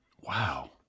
Wow